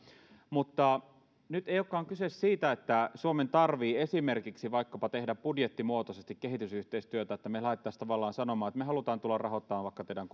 mutta nyt ei olekaan kyse siitä että suomen tarvitsee esimerkiksi tehdä budjettimuotoisesti kehitysyhteistyötä niin että me lähtisimme tavallaan sanomaan että me haluamme tulla rahoittamaan vaikka teidän